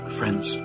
friends